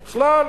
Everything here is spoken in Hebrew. בכלל,